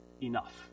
enough